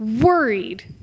worried